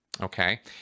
Okay